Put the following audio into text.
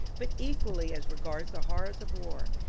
but equauy as regards the horrors of war,